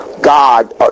God